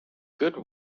good